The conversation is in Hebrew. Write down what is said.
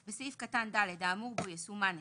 בסעיף קטן (ד) האמור בו יסומן "(1)"